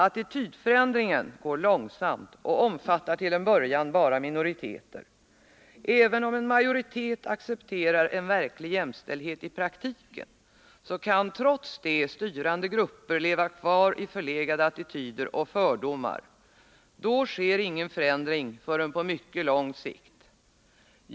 —--- Attitydförändringen går långsamt och omfattar till en början bara minoriteter. Även om en majoritet accepterar en verklig jämställdhet i praktiken så kan trots det styrande grupper leva kvar i förlegade attityder och fördomar. Då sker ingen förändring förrän på mycket lång sikt.